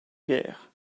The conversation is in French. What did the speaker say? guerre